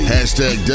Hashtag